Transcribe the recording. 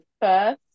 first